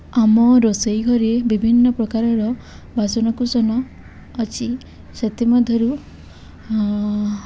ଆମ ରୋଷେଇ ଘରେ ବିଭିନ୍ନପ୍ରକାରର ବାସନକୁୁସନ ଅଛି ସେଥି ମଧ୍ୟରୁ